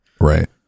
Right